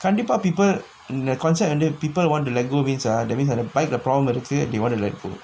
கண்டிப்பா:kandippaa people இந்த:intha concept வந்து:vanthu people want to let go means ah that means அந்த:antha bike leh problem இருக்கு:irukku they want to let go